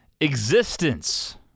Existence